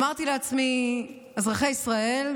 אמרתי לעצמי: אזרחי ישראל,